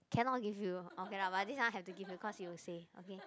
cannot give you okay lah but this one I have to give because you will say okay